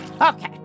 Okay